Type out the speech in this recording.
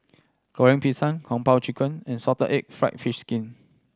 Goreng Pisang Kung Po Chicken and salted egg fried fish skin